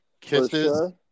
Kisses